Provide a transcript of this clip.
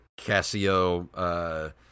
Casio